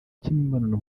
cy’imibonano